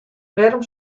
wêrom